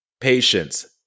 patience